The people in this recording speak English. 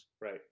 Right